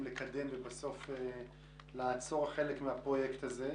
לקדם ובסוף לעצור חלק מהפרויקט הזה.